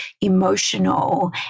emotional